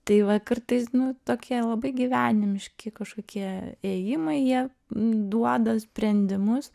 tai va kartais nu tokie labai gyvenimiški kažkokie ėjimai jie duoda sprendimus